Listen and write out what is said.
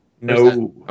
No